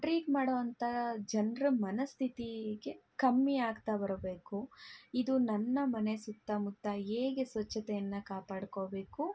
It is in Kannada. ಟ್ರೀಟ್ ಮಾಡುವಂಥ ಜನರ ಮನಸ್ಥಿತಿಗೆ ಕಮ್ಮಿಯಾಗ್ತಾ ಬರಬೇಕು ಇದು ನನ್ನ ಮನೆ ಸುತ್ತಮುತ್ತ ಹೇಗೆ ಸ್ವಚ್ಛತೆಯನ್ನು ಕಾಪಾಡ್ಕೋಬೇಕು